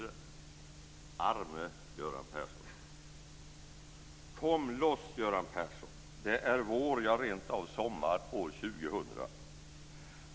Arme Göran Persson! Kom loss, Göran Persson! Det är vår - ja, rentav sommar - år 2000.